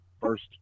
first